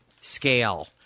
scale